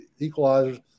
equalizers